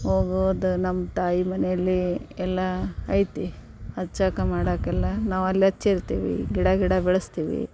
ಹೋಗೋದು ನಮ್ಮ ತಾಯಿ ಮನೆಯಲ್ಲಿ ಎಲ್ಲ ಐತಿ ಹಚ್ಚಕ್ಕೆ ಮಾಡಕ್ಕೆಲ್ಲ ನಾವು ಅಲ್ಲಿ ಹಚ್ಚಿರ್ತಿವಿ ಗಿಡ ಗಿಡ ಬೆಳೆಸ್ತೀವಿ